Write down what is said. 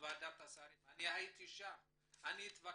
בוועדת השרים ואני הייתי שם והתווכחתי,